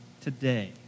today